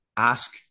Ask